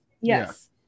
Yes